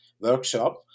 workshop